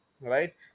right